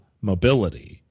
mobility